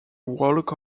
walk